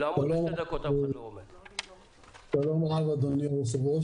שלום רב אדוני היו"ר.